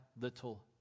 little